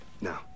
No